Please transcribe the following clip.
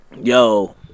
Yo